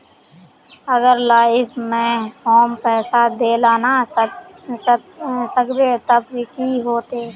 अगर लाइफ में हैम पैसा दे ला ना सकबे तब की होते?